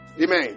Amen